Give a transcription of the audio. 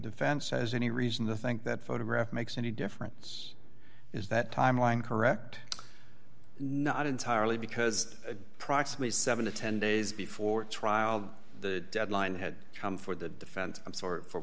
defense says any reason to think that photograph makes any difference is that timeline correct not entirely because practically seven to ten days before trial the deadline had come for the defense i'm sorry for